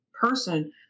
person